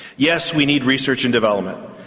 yes, we need research and development,